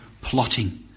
plotting